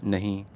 نہیں